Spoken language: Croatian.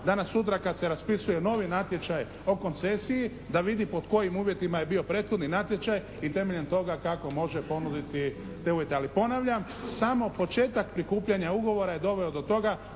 danas sutra kad se raspisuje novi natječaj o koncesiji da vidi pod kojim uvjetima je bio prethodni natječaj i temeljem toga kako može ponuditi te uvjete. Ali ponavljam, samo početak prikupljanja ugovora je doveo do toga